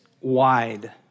wide